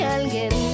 alguien